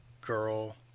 girl